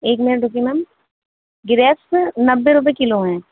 ایک منٹ رکیے ma'am grapes نبے روپیے کلو ہیں